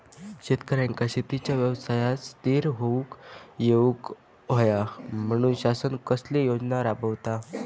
शेतकऱ्यांका शेतीच्या व्यवसायात स्थिर होवुक येऊक होया म्हणान शासन कसले योजना राबयता?